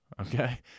Okay